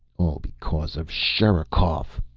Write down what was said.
all because of sherikov!